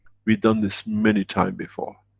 we've done this many time before.